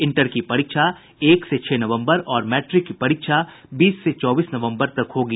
inter की परीक्षा एक से छह नवंबर और मैट्रिक की परीक्षा बीस से चौबीस नवंबर तक होगी